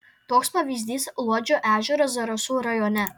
toks pavyzdys luodžio ežeras zarasų rajone